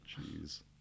Jeez